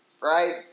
right